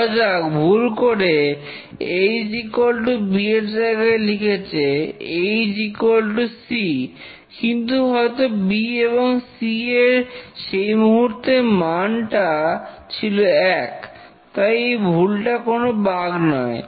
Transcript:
ধরা যাক ভুল করে A is equal to B এর জায়গায় লিখেছে A is equal to C কিন্তু হয়তো বি এবং সী এর সেই মুহূর্তে মানটা ছিল এক তাই এই ভুলটা কোন বাগ নয়